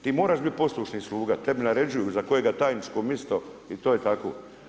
Ti moraš bit poslušni sluga, tebi naređuju za kojega tajničko misto i to je tako.